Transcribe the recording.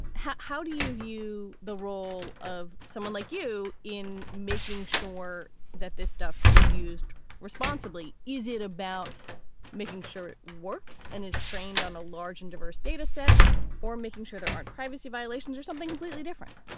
how how do you view the role of someone like you in making sure that this stuff is used responsibly? is it about making sure it works and is trained on a large and diverse data set or making sure there aren't privacy violations or something completely different?